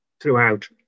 throughout